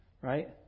right